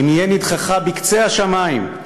אם יהיה נִדחֲך בקצה השמים,